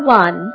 one